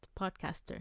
podcaster